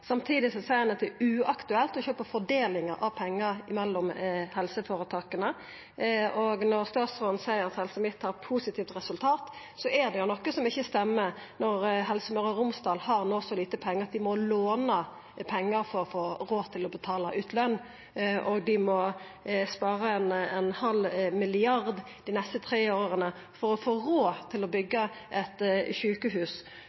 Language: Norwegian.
Samtidig seier han at det er uaktuelt å sjå på fordelinga av pengar mellom helseføretaka. Og når statsråden seier at Helse Midt-Noreg har positivt resultat, er det noko som ikkje stemmer når Helse Møre og Romsdal no har så lite pengar at dei må låna pengar for å få råd til å betala ut løn, og dei må spara ein halv milliard dei neste tre åra for å få råd til å